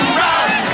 run